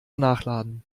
nachladen